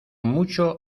mucho